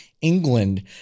England